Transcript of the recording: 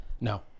No